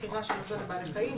ומכירה של מזון לבעלי חיים,